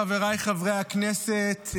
חבריי חברי הכנסת,